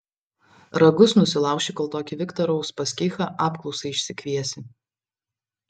ragus nusilauši kol tokį viktorą uspaskichą apklausai išsikviesi